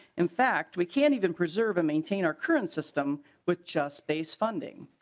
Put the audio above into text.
in fact we can't even preserve or maintain our current system with just base funding.